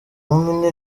wumve